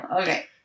Okay